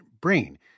Brain